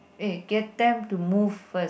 eh get them to move first